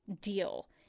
deal